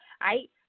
right